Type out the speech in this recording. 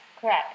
correct